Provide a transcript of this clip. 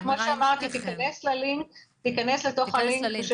תיכנס לתוך הלינק,